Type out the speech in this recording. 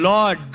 Lord